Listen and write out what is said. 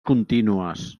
contínues